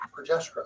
progesterone